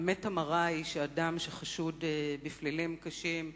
האמת המרה היא שאדם שחשוד בפלילים קשים,